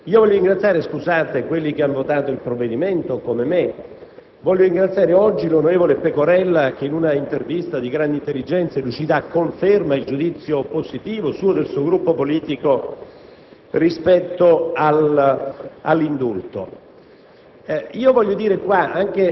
e maturate convinzioni sanpaoline che si stanno manifestando. Io voglio ringraziare, scusate, quelli che hanno votato il provvedimento, come me; voglio ringraziare oggi l'onorevole Pecorella che, in una intervista di grande intelligenza e lucidità, conferma il giudizio positivo suo e del suo Gruppo politico